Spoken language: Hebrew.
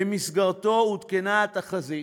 ובמסגרתו עודכנה התחזית.